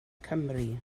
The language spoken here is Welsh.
cymru